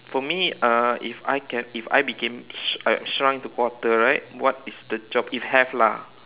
for me uh if I can if I became sh~ shrunk into quarter right what is the job if have lah